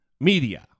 media